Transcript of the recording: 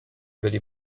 byli